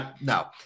no